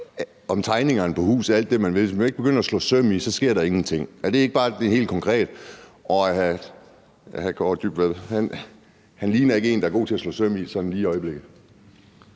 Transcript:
om tegningerne på huset alt det, man vil, men hvis man ikke begynder at slå søm i, så sker der ingenting? Er det ikke bare helt konkret sådan, det er? Udlændinge- og integrationsministeren ligner ikke en, der er god til at slå søm i, sådan lige i øjeblikket.